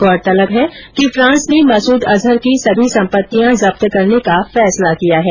गौरतलब है कि फ्रांस ने मसूद अजहर की सभी संपत्तियां जब्त करने का फैसला किया है